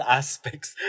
aspects